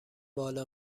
بالا